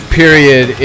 period